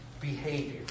behavior